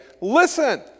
Listen